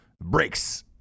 Brakes